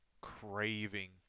Craving